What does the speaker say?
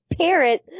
parent